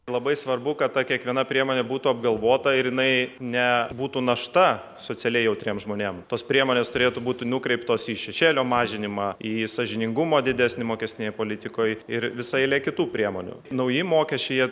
labai svarbu kad ta kiekviena priemonė būtų apgalvota ir jinai ne būtų našta socialiai jautriem žmonėm tos priemonės turėtų būti nukreiptos į šešėlio mažinimą į sąžiningumą didesnį mokestinėj politikoj ir visa eilė kitų priemonių nauji mokesčiai jie